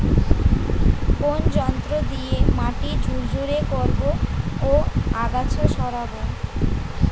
কোন যন্ত্র দিয়ে মাটি ঝুরঝুরে করব ও আগাছা সরাবো?